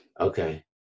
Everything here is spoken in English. Okay